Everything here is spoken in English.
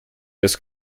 has